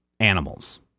animals